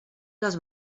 les